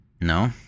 no